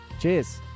Cheers